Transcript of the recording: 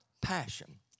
passion